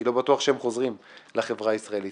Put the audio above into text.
כי לא בטוח שהם חוזרים לחברה הישראלית,